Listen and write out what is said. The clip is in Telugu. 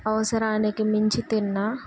అవసరానికి మించి తిన్న